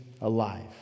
alive